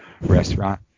restaurant